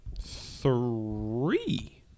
three